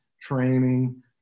training